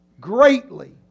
greatly